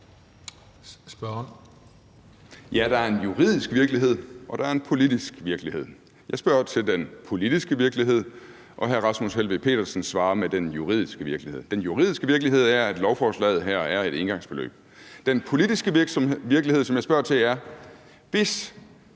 Ja, der er en juridisk virkelighed, og der er en politisk virkelighed. Jeg spørger til den politiske virkelighed, og hr. Rasmus Helveg Petersen svarer med den juridiske virkelighed. Den juridiske virkelighed er, at lovforslaget her er et engangsbeløb. Den politiske virkelighed, som jeg spørger til, er: Hvis